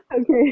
Okay